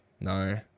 no